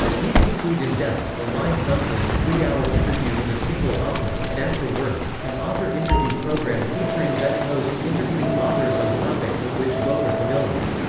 these include in depth, a live, monthly, three-hour interview with a single author, and after words, an author interview program featuring guest hosts interviewing authors on topics with which both are familiar.